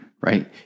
right